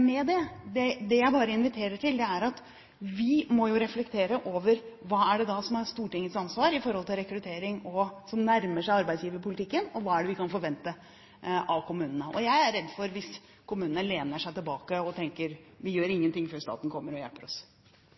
ved det. Det jeg inviterer til, er å reflektere over hva som er Stortingets ansvar i forhold til rekruttering og det som nærmer seg arbeidsgiverpolitikk, og hva vi kan forvente av kommunene. Jeg er redd hvis kommunene lener seg tilbake og tenker at vi gjør ingenting før staten kommer og hjelper oss.